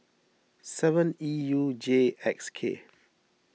seven E U J X K